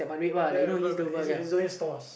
ya ya but but he's he's doing stalls